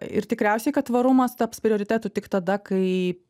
ir tikriausiai kad tvarumas taps prioritetu tik tada kai